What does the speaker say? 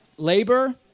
Labor